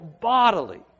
bodily